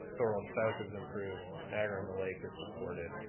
thorold south is improved, niagara and the lake is supported,